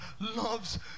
loves